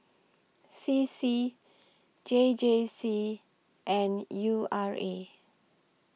C C J J C and U R A